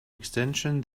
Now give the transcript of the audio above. extension